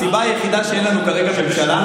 הסיבה היחידה שאין לנו כרגע ממשלה,